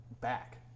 back